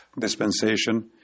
dispensation